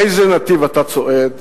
באיזה נתיב אתה צועד,